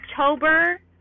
October